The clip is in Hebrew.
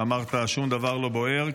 שאמרת ששום דבר לא בוער,